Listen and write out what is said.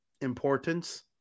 importance